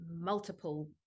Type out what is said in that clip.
multiple